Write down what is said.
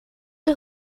der